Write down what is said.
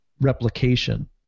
replication